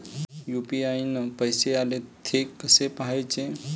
UPI न पैसे आले, थे कसे पाहाचे?